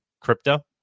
crypto